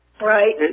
Right